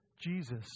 Jesus